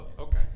okay